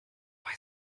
weil